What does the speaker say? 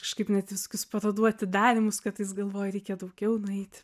kažkaip net į visokius parodų atidarymus kartais galvoju reikia daugiau nueit